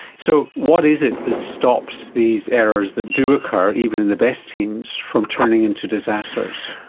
so what is it that stops these errors that do occur even in the best teams from turning into disasters?